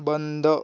बंद